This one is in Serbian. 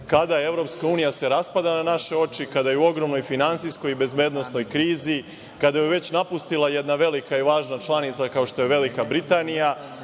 kada se Evropska unija raspada na naše oči, kada je u ogromnoj finansijskoj bezbednosnoj krizi, kada ju je već napustila jedna velika i važna članica, kao što je Velika Britanija,